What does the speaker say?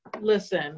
Listen